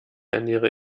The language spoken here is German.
ernähre